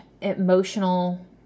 emotional